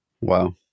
Wow